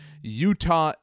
Utah